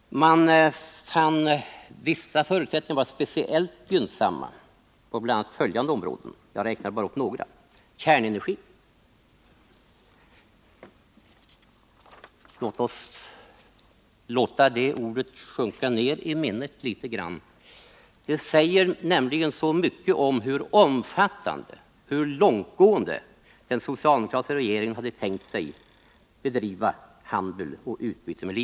Man fann att på vissa områden var förutsättningarna speciellt gynnsamma — jag räknar bara upp några — bl.a. kärnenergiområdet. Låt det ordet sjunka ner i minnet litet grand. Det säger nämligen så mycket om hur omfattande och hur långtgående utbyte den socialdemokratiska regeringen hade tänkt sig med Libyen.